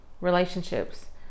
relationships